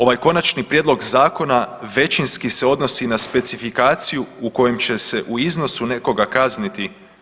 Ovaj konačni prijedlog zakona većinski se odnosi na specifikaciju u kojem će se u iznosu nekoga kazniti.